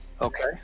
Okay